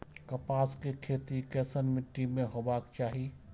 कपास के खेती केसन मीट्टी में हेबाक चाही?